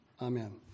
Amen